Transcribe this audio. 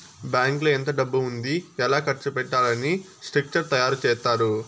బ్యాంకులో ఎంత డబ్బు ఉంది ఎలా ఖర్చు పెట్టాలి అని స్ట్రక్చర్ తయారు చేత్తారు